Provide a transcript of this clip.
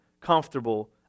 comfortable